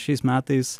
šiais metais